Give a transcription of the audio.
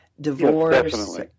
divorce